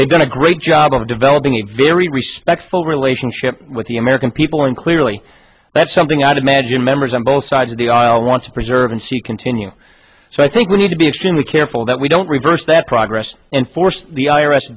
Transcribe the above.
they've done a great job of developing a very respectful relationship with the american people and clearly that's something i'd imagine members on both sides of the aisle want to preserve and see continue so i think we need to be extremely careful that we don't reverse that progress and force the i